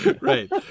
Right